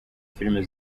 filimi